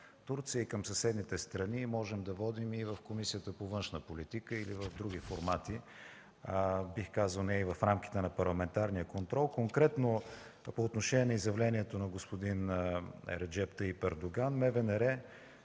Турция и към съседните страни можем да водим и в Комисията по външна политика или в други формати, бих казал не и в рамките на Парламентарния контрол. Конкретно по отношение изявлението на господин Реджеп Тайип Ердоган